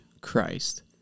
Christ